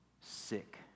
sick